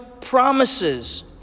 promises